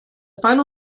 final